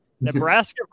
Nebraska